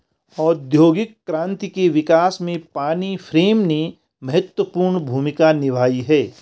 औद्योगिक क्रांति के विकास में पानी फ्रेम ने महत्वपूर्ण भूमिका निभाई है